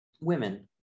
Women